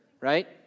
Right